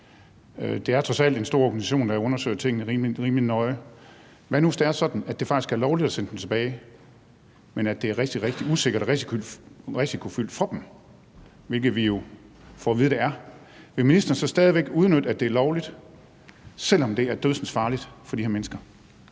Det er trods alt en stor organisation, der undersøger tingene rimelig nøje. Hvad nu, hvis det er sådan, at det faktisk er lovligt at sende dem tilbage, men at det er rigtig, rigtig usikkert og risikofyldt for dem, hvilket vi jo får at vide det er: Vil ministeren så stadig væk udnytte, at det er lovligt, selv om det er dødsensfarligt for de her mennesker?